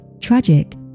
tragic